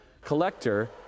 collector